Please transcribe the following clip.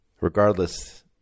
regardless